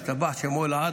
ישתבח שמו לעד,